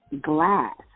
glass